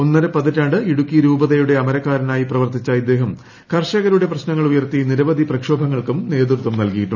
ഒന്നര പതിറ്റാണ്ട് ഇടുക്കി രൂപതയുടെ അമരക്കാനായി പ്രവർത്തിച്ച ഇദ്ദേഹം കർഷകരുടെ പ്രശ്നങ്ങൾ ഉയർത്തി നിരവധി പ്രക്ഷോഭങ്ങൾക്കും നേതൃത്വം നൽകിയിരുന്നു